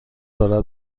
دارد